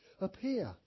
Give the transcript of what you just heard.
appear